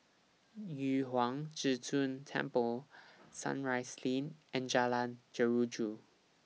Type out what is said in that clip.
Yu Huang Zhi Zun Temple Sunrise Lane and Jalan Jeruju